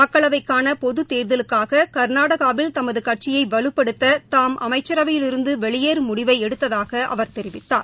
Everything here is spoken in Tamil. மக்களவைக்கான பொது தேர்தலுக்காக கர்நாடகாவில் தமது கட்சியை வலுப்படுத்த தாம் அமைச்சரவையில் இருந்து வெளியேறும் முடிவை எடுத்ததாக அவர் தெரிவித்தார்